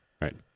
right